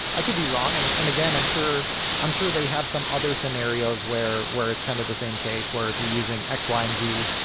i could be wrong. and and again, i'm sure i'm sure they have some other scenarios where where it's kind of the same case where if you're using x, y, and z,